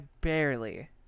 barely